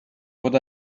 what